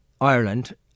Ireland